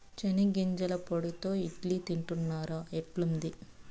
చెనిగ్గింజల పొడితో ఇడ్లీ తింటున్నారా, ఎట్లుంది